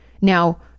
Now